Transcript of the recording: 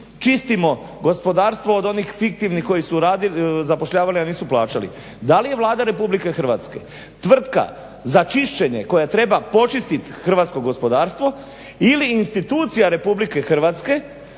čistimo gospodarstvo od onih fiktivnih koji su zapošljavali a nisu plaćali. Da li je Vlada RH tvrtka za čišćenje koja treba počistiti hrvatsko gospodarstvo ili institucija RH koja